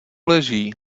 leží